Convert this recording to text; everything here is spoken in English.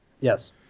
Yes